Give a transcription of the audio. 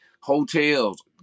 hotels